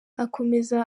akomeza